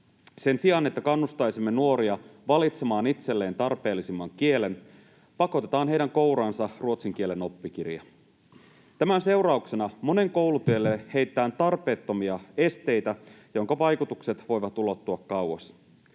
Sen sijaan, että kannustaisimme nuoria valitsemaan itselleen tarpeellisimman kielen, pakotetaan heidän kouraansa ruotsin kielen oppikirja. Tämän seurauksena monen koulutielle heitetään tarpeettomia esteitä, joiden vaikutukset voivat ulottua kauas.